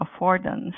affordance